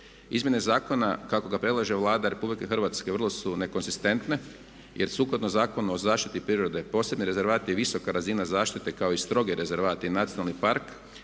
Izmjene zakona kako ga predlaže Vlada Republike Hrvatske vrlo su nekonzistentne jer sukladno Zakonu o zaštiti prirode posebni rezervati i visoka razina zaštite kao i strogi rezervati i nacionalni park